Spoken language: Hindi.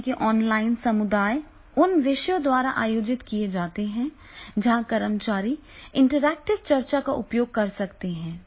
सीखने के ऑनलाइन समुदाय उन विषयों द्वारा आयोजित किए जाते हैं जहां कर्मचारी इंटरैक्टिव चर्चा का उपयोग कर सकते हैं